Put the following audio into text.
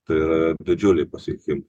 tai yra didžiuliai pasiekimai